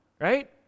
right